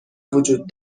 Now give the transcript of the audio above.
وجود